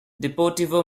deportivo